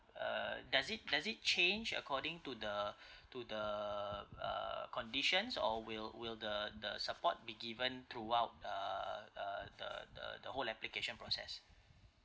uh does it does it change according to the to the uh conditions or will will the the support be given throughout uh uh the the the whole application process